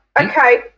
okay